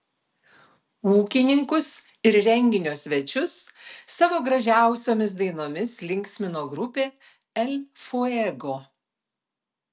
ūkininkus ir renginio svečius savo gražiausiomis dainomis linksmino grupė el fuego